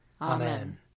Amen